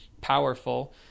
powerful